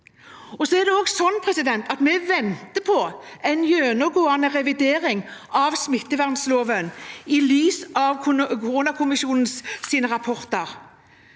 vedtak. Det er slik at vi venter på en gjennomgående revidering av smittevernloven i lys av koronakommisjonens rapporter.